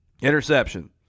Interception